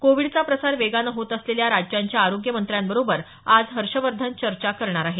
कोविडचा प्रसार वेगानं होत असलेल्या राज्यांच्या आरोग्यमत्र्याबरोबर आज हर्षवर्धन चर्चा करणार आहेत